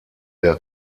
der